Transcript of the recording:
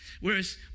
Whereas